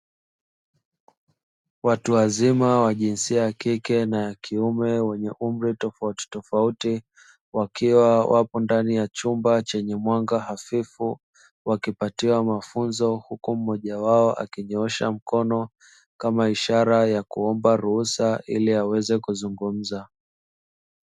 Watu wazima wa jinsia ya kike na kiume, wenye umri tofautitofauti, wakiwa wapo kwenye chumba chenye mwanga hafifu wakipatiwa mafunzo, huku mmoja wao akinyoosha mkono kama ishara ya kuomba ruhusa ili aweze kuzungumza.